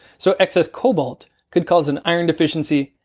so excess cobalt could cause and iron deficiency,